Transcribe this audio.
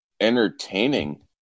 entertaining